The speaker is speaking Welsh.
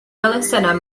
elusennau